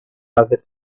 over